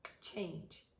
change